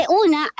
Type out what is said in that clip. una